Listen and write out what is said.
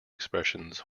expressions